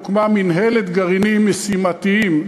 הוקמה מינהלת גרעינים משימתיים,